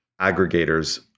aggregators